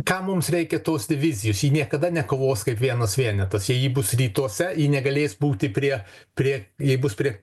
kam mums reikia tos divizijos ji niekada nekovos kaip vienas vienetas jei ji bus rytuose ji negalės būti prie prie jei bus prie